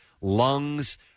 lungs